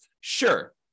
Sure